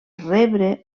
rebre